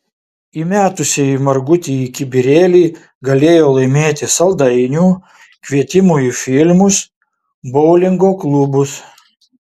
įmetusieji margutį į kibirėlį galėjo laimėti saldainių kvietimų į filmus boulingo klubus